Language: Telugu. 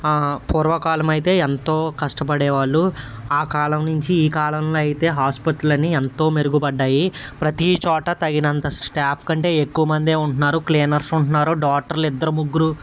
ఆ పూర్వ కాలం అయితే ఎంతో కష్టపడే వాళ్ళు ఆ కాలం నుంచి ఈ కాలంలో అయితే హాస్పిటల్లని ఎంతో మెరుగు పడ్డాయి ప్రతి చోట తగిన స్టాఫ్ కంటే ఎక్కువ మందే ఉంటున్నారు క్లీనర్స్ ఉంటున్నారు డాక్టర్లు ఇద్దరు ముగ్గురు